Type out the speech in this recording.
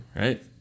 right